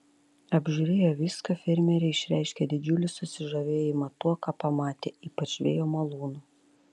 apžiūrėję viską fermeriai išreiškė didžiulį susižavėjimą tuo ką pamatė ypač vėjo malūnu